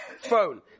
phone